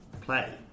play